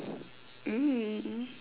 mm